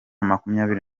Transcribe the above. makumyabiri